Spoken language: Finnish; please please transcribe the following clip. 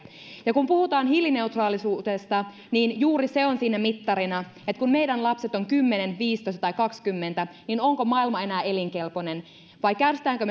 kun puhutaan hiilineutraalisuudesta niin juuri se on mittarina että kun meidän lapset ovat kymmenen viisitoista tai kaksikymmentä onko maailma enää elinkelpoinen vai kärsimmekö